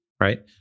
right